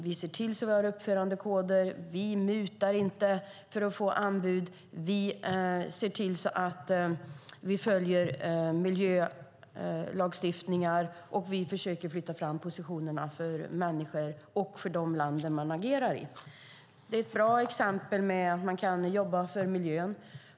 Vi har uppförandekoder, vi mutar inte för att få anbud och vi ser till att vi följer miljölagstiftningar. Vi försöker också flytta fram positionerna för människor och för de länder där vi agerar. Det är ett bra exempel att man kan jobba för miljön.